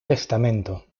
testamento